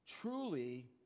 truly